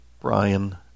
Brian